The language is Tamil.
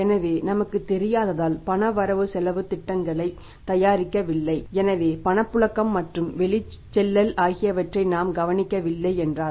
எனவே நமக்கு தெரியாததால் பண வரவு செலவுத் திட்டங்களைத் தயாரிக்கவில்லை எனவே பணப்புழக்கம் மற்றும் வெளிச்செல்லல் ஆகியவற்றை நாம் கணிக்கவில்லை என்றால்